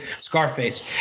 Scarface